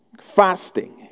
Fasting